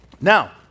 now